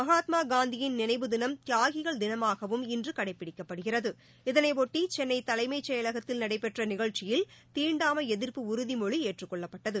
மகாத்மா காந்தியின் நினைவு தினம் தியாகிகள் தினமாகவும் இன்று கடைப்பிடிக்கப்படுகிறது இதனையொட்டி சென்னை தலைமைச் செயலகத்தில் நடைபெற்ற நிகழ்ச்சியில் தீண்டாமை எதிர்ப்பு உறுதிமொழி ஏற்றுக் கொள்ளப்பட்டது